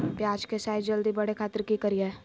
प्याज के साइज जल्दी बड़े खातिर की करियय?